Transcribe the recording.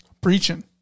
preaching